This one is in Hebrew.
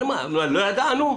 מה, לא ידענו?